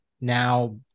now